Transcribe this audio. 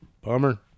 Bummer